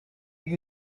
you